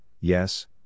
yes